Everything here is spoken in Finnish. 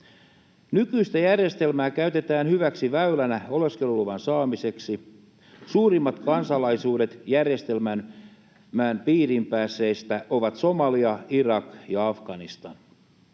Nykyistä järjestelmää käytetään hyväksi väylänä oleskeluluvan saamiseksi. Yleisimmät kansalaisuudet järjestelmän piiriin päässeillä ovat Somalia, Irak ja Afganistan.